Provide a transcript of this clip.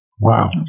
Wow